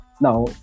Now